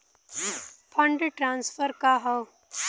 Fund transfer का हव?